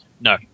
no